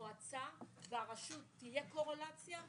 המועצה והרשות, תהיה ביניהן קורלציה?